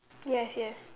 yes yes